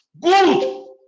Good